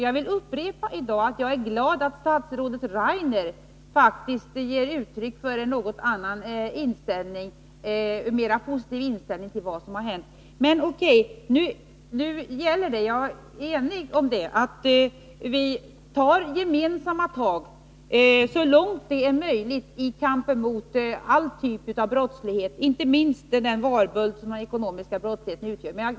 Jag vill i dag upprepa att jag är glad att statsrådet Rainer ger uttryck för en mer positiv inställning till vad som har hänt. Nu gäller det — jag håller med om det — att vi tar gemensamma tag så långt det är möjligt i kampen mot all typ av brottslighet, inte minst den varböld som den ekonomiska brottsligheten utgör.